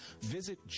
visit